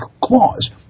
clause